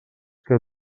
que